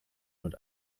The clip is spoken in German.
mit